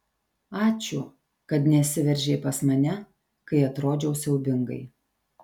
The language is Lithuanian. ačiū kad nesiveržei pas mane kai atrodžiau siaubingai